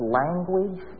language